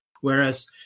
Whereas